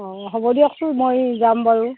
অ হ'ব দিয়কচোন মই যাম বাৰু